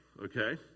Okay